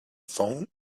phone